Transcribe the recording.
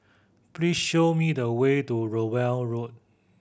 please show me the way to Rowell Road